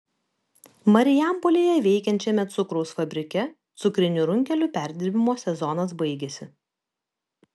marijampolėje veikiančiame cukraus fabrike cukrinių runkelių perdirbimo sezonas baigiasi